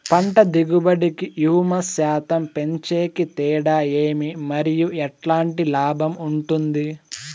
పంట దిగుబడి కి, హ్యూమస్ శాతం పెంచేకి తేడా ఏమి? మరియు ఎట్లాంటి లాభం ఉంటుంది?